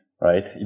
right